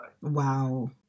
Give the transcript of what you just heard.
Wow